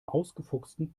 ausgefuchsten